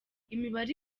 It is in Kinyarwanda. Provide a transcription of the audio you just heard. imibare